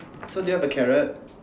so do you have a carrot